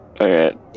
Okay